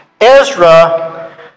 Ezra